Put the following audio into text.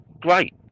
great